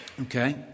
Okay